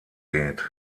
geht